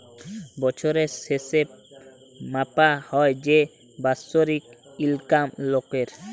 বছরের শেসে মাপা হ্যয় যে বাৎসরিক ইলকাম লকের